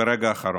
ברגע האחרון.